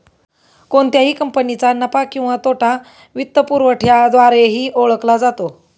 कोणत्याही कंपनीचा नफा किंवा तोटा वित्तपुरवठ्याद्वारेही ओळखला जातो